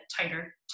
tighter